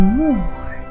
more